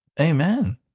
Amen